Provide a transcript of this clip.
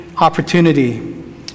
opportunity